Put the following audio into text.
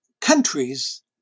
countries